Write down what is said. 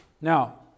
Now